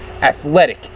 athletic